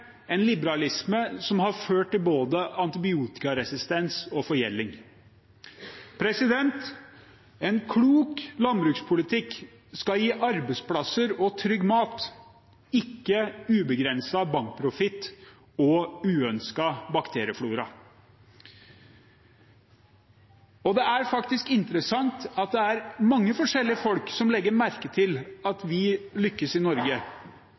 en liberalisme som har ført til både antibiotikaresistens og forgjelding. En klok landbrukspolitikk skal gi arbeidsplasser og trygg mat, ikke ubegrenset bankprofitt og uønsket bakterieflora. Det er interessant at mange forskjellige folk legger merke til at vi lykkes i Norge.